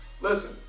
Listen